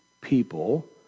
people